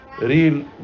real